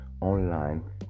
online